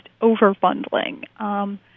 over-bundling